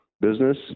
business